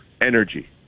Energy